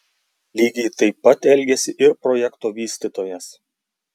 lygiai taip pat elgėsi ir projekto vystytojas